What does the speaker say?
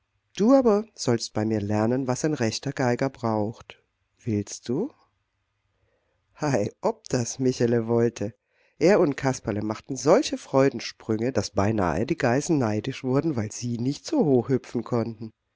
du aber sollst bei mir lernen was ein rechter geiger braucht willst du hei ob das michele wollte er und kasperle machten solche freudensprünge daß beinahe die geißen neidisch wurden weil sie nicht so hoch hüpfen konnten